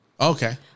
Okay